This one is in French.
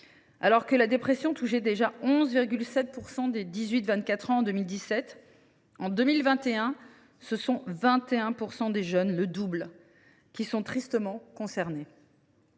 Alors que la dépression touchait déjà 11,7 % des 18 24 ans en 2017, en 2021, ce sont 21 % des jeunes, soit le double, qui sont tristement concernés.